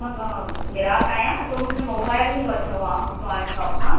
मां गिराक आहियां त मूंखे मोबाइल वठिणो आहे तव्हांजी शॉप सां